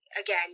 again